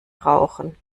rauchen